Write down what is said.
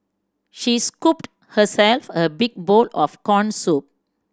she scooped herself a big bowl of corn soup